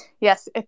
yes